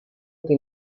que